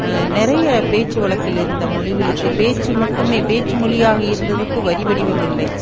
நிறைய பேச்சு வழக்கிலிருந்த மொழிகளுக்கு பேச்சு மட்டுமே பேச்சு மொழியாக இருந்ததுக்கு வரி வடிவமில்லை